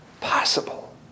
possible